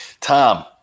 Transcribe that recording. Tom